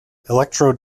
electrode